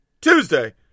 Tuesday